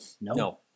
No